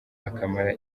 akamara